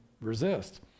resist